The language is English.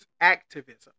activism